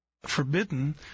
forbidden